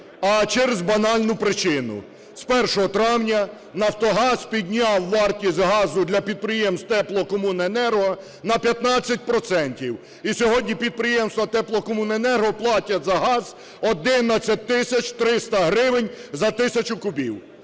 а через банальну причину: з 1 травня "Нафтогаз" підняв вартість газу для підприємств теплокомуненерго на 15 процентів і сьогодні підприємства теплокомуненерго платять за газ 11 тисяч 300 гривень за тисячу кубів.